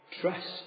trust